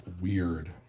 weird